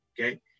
okay